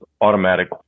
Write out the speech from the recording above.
automatic